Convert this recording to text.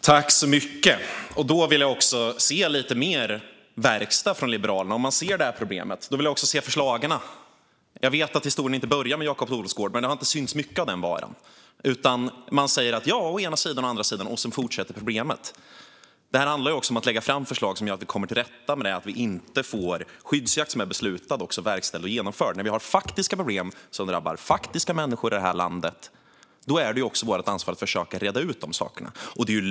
Fru talman! Om Liberalerna ser problemet vill jag se lite mer verkstad. Jag vill se förslag. Jag vet att historien inte börjar med Jakob Olofsgård, men det har inte synts mycket av den här varan. Man säger å ena sidan och å andra sidan, sedan fortsätter problemet. Det här handlar också om att lägga fram förslag som gör att vi kommer till rätta med att man inte får beslutad skyddsjakt verkställd och genomförd. Vi har faktiska problem som drabbar faktiska människor i vårt land. Då är det vårt ansvar att försöka reda ut dessa saker.